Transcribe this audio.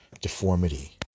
deformity